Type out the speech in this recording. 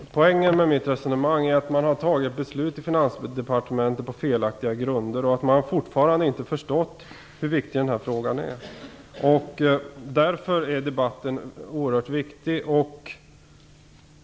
Fru talman! Poängen med mitt resonemang är att man har fattat ett beslut i Finansdepartementet på felaktiga grunder och att man fortfarande inte har förstått hur viktig den här frågan är. Därför är debatten oerhört viktig.